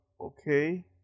okay